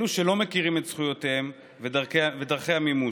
אלה, שלא מכירים את זכויותיהם ודרכי המימוש,